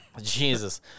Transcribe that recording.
Jesus